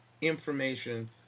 information